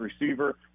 receiver